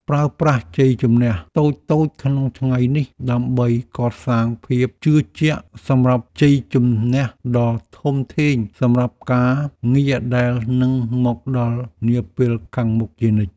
ប្រើប្រាស់ជ័យជម្នះតូចៗក្នុងថ្ងៃនេះដើម្បីកសាងភាពជឿជាក់សម្រាប់ជ័យជម្នះដ៏ធំធេងសម្រាប់ការងារដែលនឹងមកដល់នាពេលខាងមុខជានិច្ច។